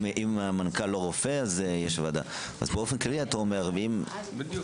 אם המנכ"ל אינו רופא - יש ועדה.